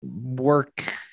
work